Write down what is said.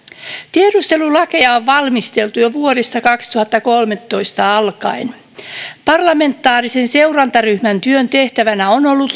tiedustelulakeja on valmisteltu jo vuodesta kaksituhattakolmetoista alkaen parlamentaarisen seurantaryhmän työn tehtävänä on ollut